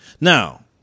Now